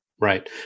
Right